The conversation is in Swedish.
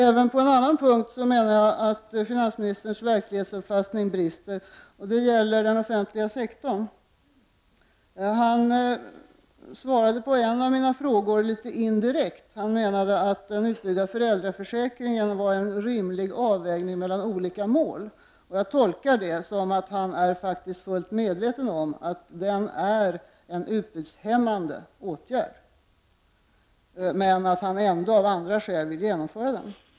Även på en annan punkt menar jag att finansministerns verklighetsuppfattning brister, nämligen i fråga om den offentliga sektorn. Finansministern svarade litet indirekt på en av mina frågor. Han menade att den utbyggda föräldraförsäkringen var ett resultat av en rimlig avvägning mellan olika mål. Jag tolkar det som att han faktiskt är fullt medveten om att den är en utbudshämmande åtgärd men att han ändå av andra skäl vill genomföra den.